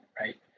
right